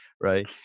right